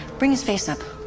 bring his face up,